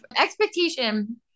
Expectation